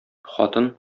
хатын